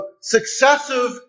successive